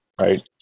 Right